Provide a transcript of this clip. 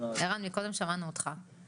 שנית, ראוי שבהקצאת תקציב כל כך משמעותית למערכת